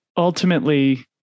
Ultimately